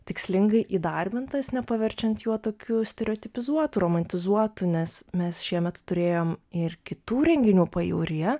tikslingai įdarbintas nepaverčiant jo tokiu stereotipizuotu romantizuotu nes mes šiemet turėjom ir kitų renginių pajūryje